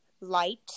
light